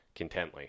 contently